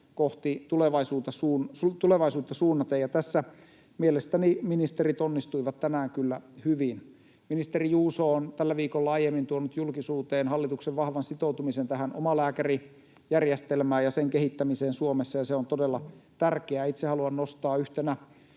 kohti tulevaisuutta suunnaten, ja tässä mielestäni ministerit onnistuivat tänään kyllä hyvin. Ministeri Juuso on tällä viikolla aiemmin tuonut julkisuuteen hallituksen vahvan sitoutumisen tähän omalääkärijärjestelmään ja sen kehittämiseen Suomessa, ja se on todella tärkeää. Itse haluan nostaa yhtenä,